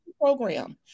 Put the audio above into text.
program